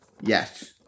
yes